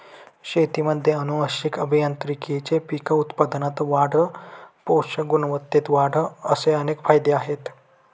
शेतीमध्ये आनुवंशिक अभियांत्रिकीचे पीक उत्पादनात वाढ, पोषक गुणवत्तेत वाढ असे अनेक फायदे आहेत